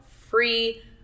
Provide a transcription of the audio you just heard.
free